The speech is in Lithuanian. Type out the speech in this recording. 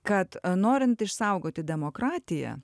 kad norint išsaugoti demokratiją